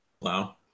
Wow